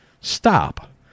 Stop